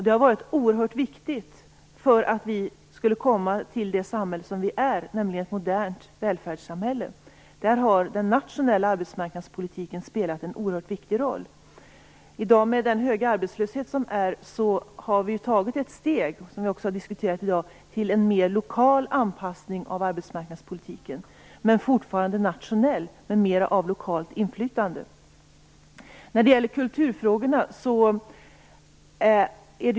Det har varit oerhört viktigt för att komma till det samhälle som vi är, nämligen ett modernt välfärdssamhälle. Där har den nationella arbetsmarknadspolitiken spelat en oerhört viktig roll. Med den höga arbetslösheten har vi tagit ett steg till en mer lokal anpassning av arbetsmarknadspolitiken. Den är fortfarande nationell men innehåller mer av lokalt inflytande.